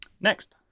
Next